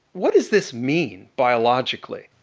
what does this mean, biologically?